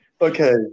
Okay